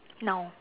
now